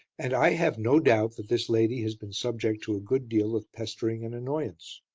and i have no doubt that this lady has been subject to a good deal of pestering and annoyance.